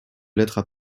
lettres